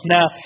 Now